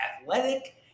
athletic